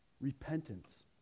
repentance